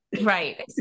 Right